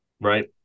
right